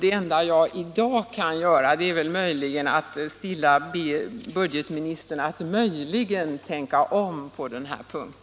Det enda jag kan göra i dag är att stilla be budgetministern att möjligen tänka om på denna punkt.